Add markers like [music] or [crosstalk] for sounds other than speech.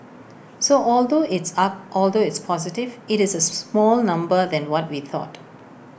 so although it's up although it's positive IT is A [unintelligible] small number than what we thought